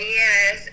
yes